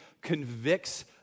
convicts